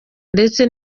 ndetse